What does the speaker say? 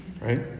right